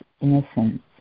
innocence